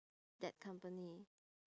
that company